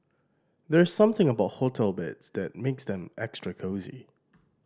there's something about hotel beds that makes them extra cosy